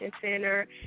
Center